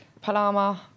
Palama